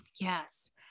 yes